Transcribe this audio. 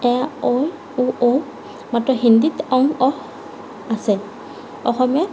এ ঐ ও ঔ মাত্ৰ হিন্দীত অং অস আছে অসমীয়াত